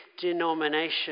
denomination